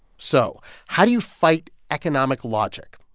so how do you fight economic logic,